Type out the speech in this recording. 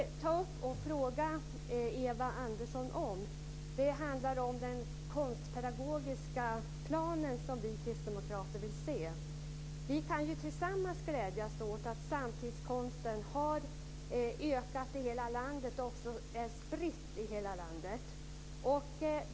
Jag vill fråga Eva Arvidsson om den konstpedagogiska plan som vi kristdemokrater vill se. Vi kan tillsammans glädjas åt att samtidskonsten har ökat i hela landet och också är spridd i hela landet.